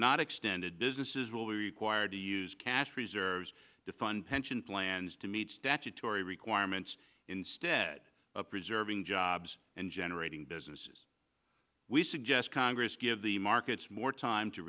not extended businesses will be required to use cash reserves to fund pension plans to meet statutory requirements instead of preserving jobs and generating businesses we suggest congress give the markets more time to